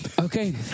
Okay